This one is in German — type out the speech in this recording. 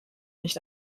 nicht